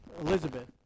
Elizabeth